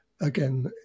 Again